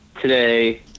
today